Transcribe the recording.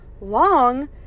long